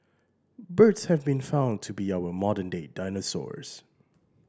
birds have been found to be our modern day dinosaurs